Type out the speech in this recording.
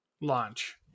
launch